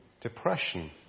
depression